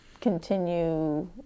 continue